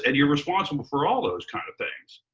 and you're responsible for all those kind of things.